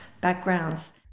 backgrounds